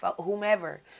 whomever